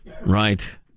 Right